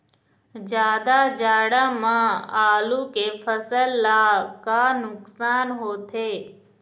जादा जाड़ा म आलू के फसल ला का नुकसान होथे?